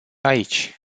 aici